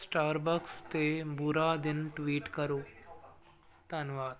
Starbucks 'ਤੇ ਬੁਰਾ ਦਿਨ ਟਵੀਟ ਕਰੋ ਧੰਨਵਾਦ